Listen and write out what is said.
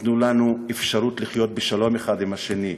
תנו לנו אפשרות לחיות בשלום אחד עם השני,